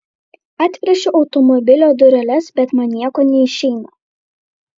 atplėšiu automobilio dureles bet man nieko neišeina